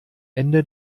ende